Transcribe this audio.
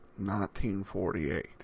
1948